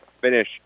finish